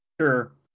Sure